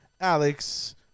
Alex